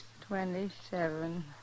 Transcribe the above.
Twenty-seven